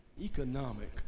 Economic